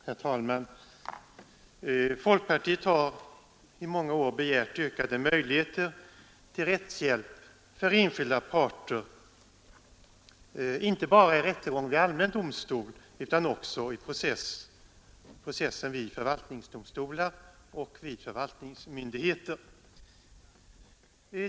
Herr talman! Folkpartiet har i många år begärt ökade möjligheter till rättshjälp för enskilda parter inte bara i rättegång vid allmän domstol utan också i processer vid förvaltningsdomstolar och förvaltningsmyndigheter.